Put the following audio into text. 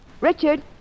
Richard